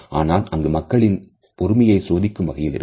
ஆனால் அங்கு மக்களின் பொறுமையை சோதிக்கும் வகையில் இருக்கும்